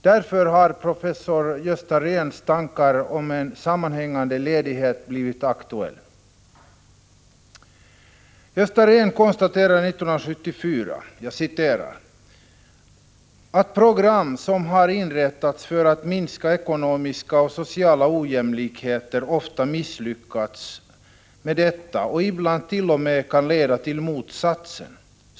Därför har också professor Gösta Rehns tankar om en sammanhängande ledighet blivit aktuella. Gösta Rehn konstaterade 1974 ”att program som har inrättats för att minska ekonomiska sociala jämlikheter ofta misslyckats med detta och ibland till och med kan leda till motsatsen.